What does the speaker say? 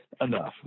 Enough